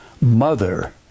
mother